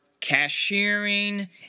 cashiering